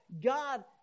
God